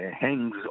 hangs